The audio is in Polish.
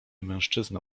mężczyzna